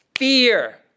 fear